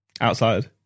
Outside